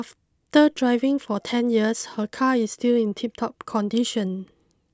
driving for ten years her car is still in tiptop condition